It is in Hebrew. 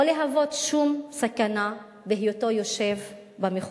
להוות שום סכנה בהיותו יושב במכונית.